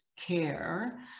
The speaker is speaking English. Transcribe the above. care